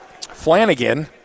Flanagan